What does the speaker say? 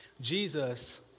Jesus